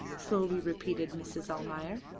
slowly repeated mrs. almayer,